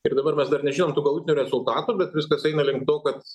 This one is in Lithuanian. ir dabar mes dar nežinom tų galutinių rezultatų bet viskas eina link to kad